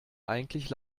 eigentlich